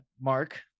mark